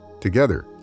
Together